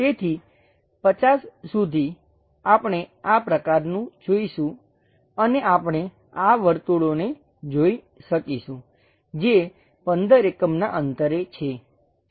તેથી 50 સુધી આપણે આ પ્રકારનું જોઈશું અને આપણે આ વર્તુળોને જોઈ શકીશું જે 15 એકમનાં અંતરે છે